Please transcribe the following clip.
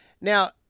Now